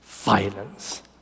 violence